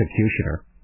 executioner